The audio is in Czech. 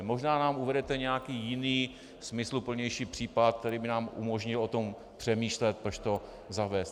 Možná nám uvedete nějaký jiný, smysluplnější případ, který by nám umožnil o tom přemýšlet, proč to zavést.